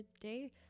day